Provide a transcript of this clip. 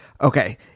okay